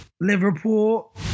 Liverpool